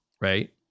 right